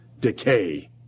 decay